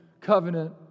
covenant